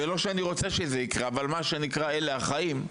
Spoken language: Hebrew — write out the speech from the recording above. ולא שאני רוצה שזה יקרה, אבל מה שנקרא אלה החיים,